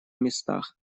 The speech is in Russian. местах